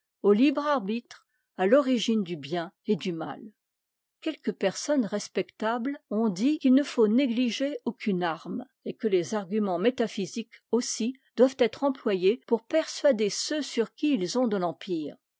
au libre arbitre à l'origine du bien et du mal quelques personnes respectables ont dit qu'il ne faut négliger aucune arme et que les arguments métaphysiques aussi doivent être employés pour persuader ceux sur qui ils ont de l'empire